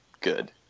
good